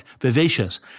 vivacious